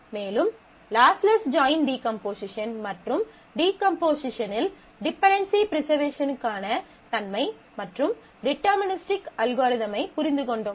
மேலும் lossless join decomposition மற்றும் டீகம்போசிஷனில் டிபென்டென்சி ப்ரிசர்வேஷனுக்கான தன்மை மற்றும் டிடெர்மினிஸ்டிக் அல்காரிதமைப் புரிந்துகொண்டோம்